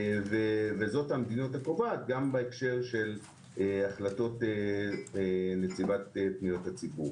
וזו המדיניות הקובעת גם בהקשר של החלטות נציבת פניות הציבור.